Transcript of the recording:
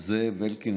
זאב אלקין,